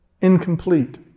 incomplete